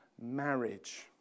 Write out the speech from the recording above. marriage